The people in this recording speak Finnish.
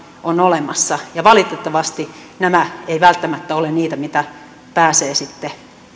on olemassa ja valitettavasti nämä eivät välttämättä ole niitä ihmisiä jotka pääsevät sitten